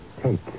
Take